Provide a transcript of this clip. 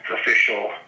official